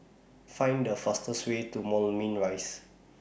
Find The fastest Way to Moulmein Rise